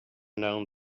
known